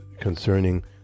concerning